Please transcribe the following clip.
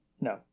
No